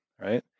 right